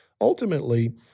ultimately